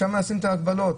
שם לשים את ההגבלות,